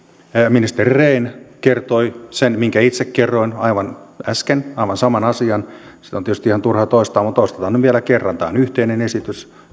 ministeri rehn kertoi sen minkä itse kerroin aivan äsken aivan saman asian sitä on tietysti ihan turha toistaa mutta toistetaan nyt vielä kerran tämä on yhteinen esitys